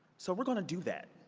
so we're going to do that.